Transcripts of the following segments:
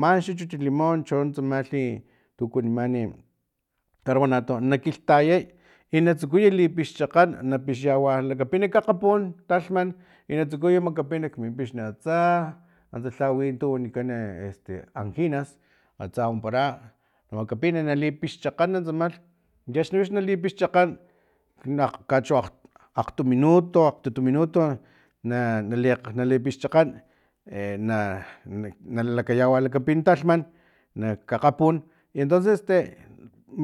Man xchuchut limon chon tsamalhi tu kuaniman carbonato nakilhtayay i natsukuy li pixchakgekan na pixyawa lakapin kakgapun talhman i na tsukuya makapina kmin pix atsa antsa lha wi tu wanikan este anginas atsa wampara na makapina lipixchakgana tsama i axni wix na chakgan na kachua akgtu minuto akgtutu minuto na nali pixchakgan e na nalakayawapi talhman na kakgapun i entonces este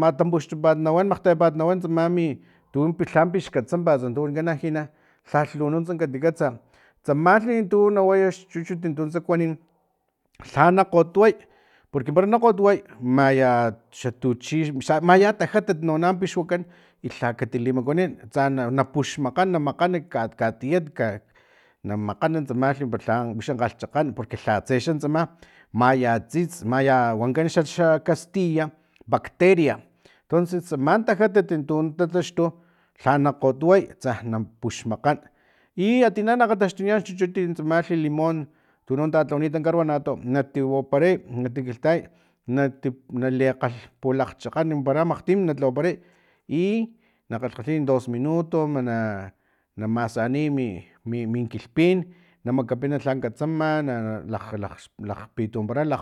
matampuxtupat nawan makgtayapat nawan tsama mi tu pixkatsampat antsa tu wanikan angina lhalh lu nuntsa kati katsa tsamalhi tuna way tsama xchichut tun tsaku kuanin lhana kgotway porque para na kgotway maya xa tuchi maya tajatat nawana pixwakan i lhati katilimakuanin tsa na puxmakgan ka ka tiet na makgana tsamalji para wix lha kgalhchakgan lhatse xan tsama maya tsits maya wankan xa xa castilla bacteria tonces tsama tajatat tun tataxtu lhana kgotway tsa na pux makgan i atina na akgataxtunian xa chuchut tsamalhi limon tuno tatlawanit carbonato nati waparay nati kilhtayay nati nali kgalh pulakgchakgan paray makgtim na tlawaparay ina kgalhkgalhiy dos minuto nama saniy mi mi min kilhpin na makapina lha katsama lhakg lakg pitu wampara